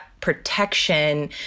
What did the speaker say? protection